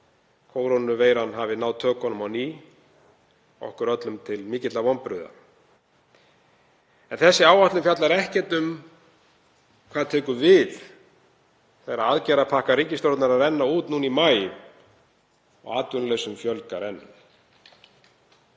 kórónuveiran hafi náð tökum á ný, okkur öllum til mikilla vonbrigða. En þessi áætlun fjallar ekkert um hvað tekur við þegar aðgerðapakkar ríkisstjórnarinnar renna út núna í maí og atvinnulausum fjölgar enn.